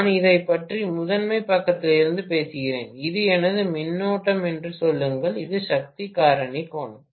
நான் இதைப் பற்றி முதன்மைப் பக்கத்திலிருந்து பேசுகிறேன் இது எனது மின்னோட்டம் என்று சொல்லுங்கள் இது சக்தி காரணி கோணம்